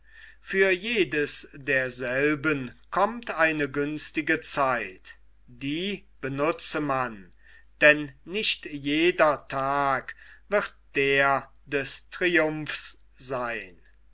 für jedes derselben kommt eine günstige zeit die benutze man denn nicht jeder tag wird der des triumphs seyn